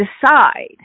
decide